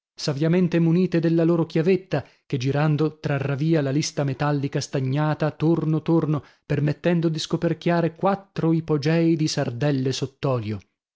lamiera saviamente munite della loro chiavetta che girando trarrà via la lista metallica stagnata torno torno permettendo di scoperchiare quattro ipogèi di sardelle sott'olio si